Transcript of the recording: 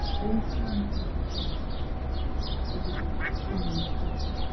thence he went a little to the south to visit sining-foo,